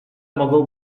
mogą